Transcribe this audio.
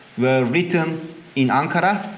were written in ankara